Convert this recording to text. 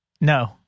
No